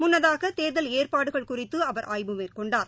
முன்னதாகதேர்தல் ஏற்பாடுகள் குறித்துஅவர் ஆய்வு மேற்கொண்டார்